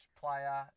player